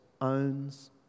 owns